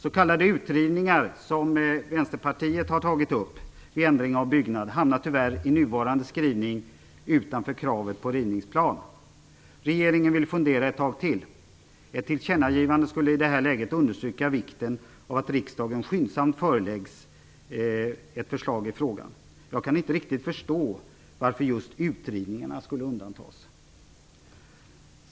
S.k. utrivningar, något som Vänsterpartiet har tagit upp, vid ändring av byggnad hamnar tyvärr i nuvarande skrivning utanför kravet på rivningsplan. Regeringen vill fundera ett tag till. Ett tillkännagivande skulle i det här läget understryka vikten av att riksdagen skyndsamt föreläggs ett förslag i frågan. Jag kan inte riktigt förstå varför just utrivningarna skulle undantas.